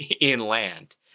inland